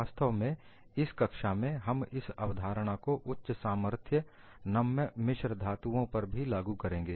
वास्तव में इस कक्षा में हम इस अवधारणा को उच्च सामर्थ्य नम्य मिश्र धातुओं पर भी लागू करेंगे